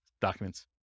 documents